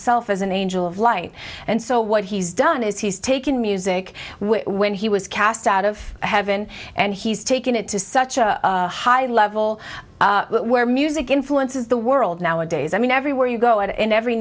self as an angel of light and so what he's done is he's taken music when he was cast out of heaven and he's taken it to such a high level where music influences the world nowadays i mean everywhere you go and in every